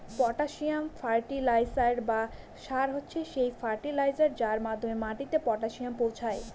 potassium fertiliser বা সার হচ্ছে সেই ফার্টিলাইজার যার মাধ্যমে মাটিতে পটাসিয়াম পৌঁছায়